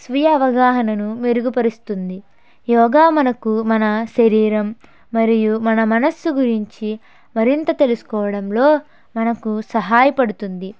స్వీయ అవగాహనను మెరుగుపరుస్తుంది యోగ మనకు మన శరీరం మరియు మన మనసు గురించి మరింత తెలుసుకోవడంలో మనకు సహాయపడుతుంది